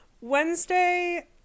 Wednesday